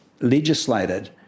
legislated